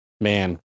man